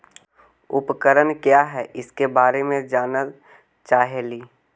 उपकरण क्या है इसके बारे मे जानल चाहेली?